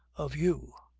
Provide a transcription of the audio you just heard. of you.